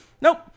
Nope